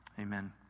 amen